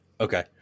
Okay